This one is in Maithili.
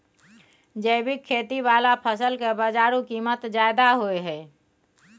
जैविक खेती वाला फसल के बाजारू कीमत ज्यादा होय हय